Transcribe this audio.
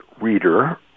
reader